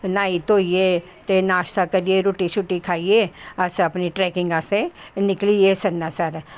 न्हाई धोईयै नाशता करयै रुट्टी शुट्टी खाहियै अस अपनी ट्रैकिंग आस्तै निकली गे सनासर